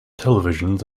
televisions